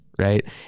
Right